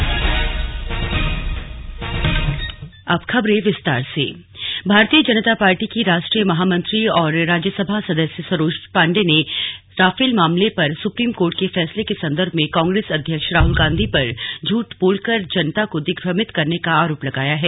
slug Saroj Pandey बैठक Bharatiya Janata party की राष्ट्रीय महामंत्री और राज्यसभा सदस्य सरोज पांडे ने राफेल मामले पर सुप्रीम कोर्ट के फैसले के संदर्भ में कांग्रेस अध्यक्ष राहुल गांधी पर झूठ बोलकर जनता को दिग्भ्रमित करने का आरोप लगाया है